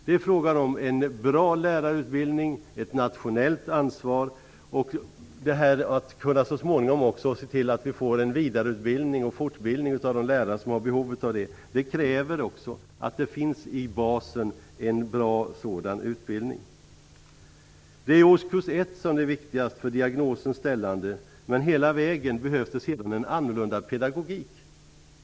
Det är fråga om en bra lärarutbildning, ett nationellt ansvar och att så småningom kunna se till att de lärare som har behov av det får en vidareutbildning och fortbildning. Det kräver också att det finns en bra sådan utbildning i basen. Det är årskurs ett som är viktigast för diagnosens ställande, men hela vägen behövs det sedan en annorlunda pedagogik.